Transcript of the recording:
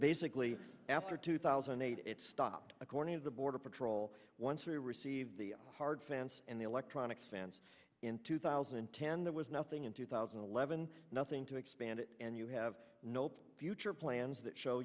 basically after two thousand and eight it stopped a corner of the border patrol once we received the hard fans and the electronic fans in two thousand and ten there was nothing in two thousand and eleven nothing to expand it and you have nope future plans that show